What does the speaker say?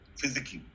physically